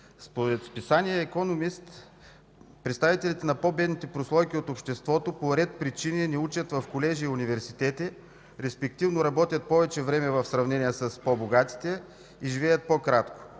списание „Економист” представители на по-бедните прослойки от обществото по ред причини не учат в колежи и университети, респективно работят повече време в сравнение с по богатите и живеят по-кратко.